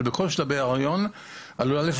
אבל שתייה בכל שלבי ההיריון עלולה להוות